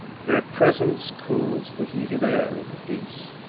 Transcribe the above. their presence cools the heated air of the piece.